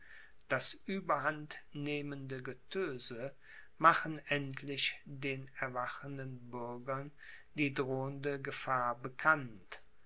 das überhand nehmende getöse machen endlich den erwachenden bürgern die drohende gefahr bekannt